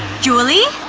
julie?